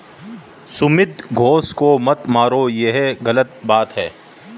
सुमित घोंघे को मत मारो, ये गलत बात है